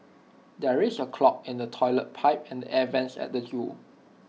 there is A clog in the Toilet Pipe and the air Vents at the Zoo